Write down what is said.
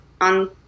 on